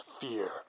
fear